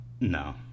No